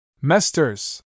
Mesters